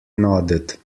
nodded